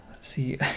See